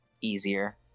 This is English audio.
easier